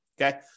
Okay